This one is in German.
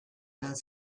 der